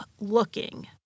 looking